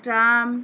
tram